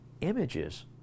images